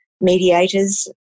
mediators